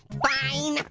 fine.